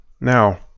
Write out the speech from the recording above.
Now